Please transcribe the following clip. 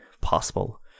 possible